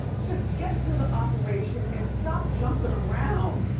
just get through the operation and stop jumping around.